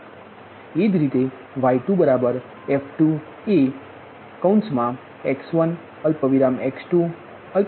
એ જ રીતેy2બરાબર f2 એ x1 x2